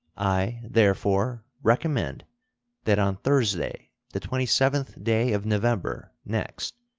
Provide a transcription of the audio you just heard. i therefore recommend that on thursday, the twenty seventh day of november next,